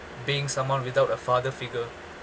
being someone without a father figure